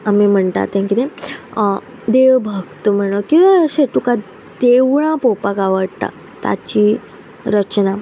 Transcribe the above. आमी म्हणटा तें कितें देवभक्त म्हण किंवां अशें तुका देवळां पोवपाक आवडटा ताची रचना